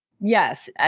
Yes